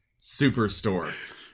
Superstore